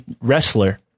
wrestler